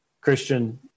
Christian